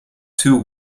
two